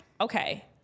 Okay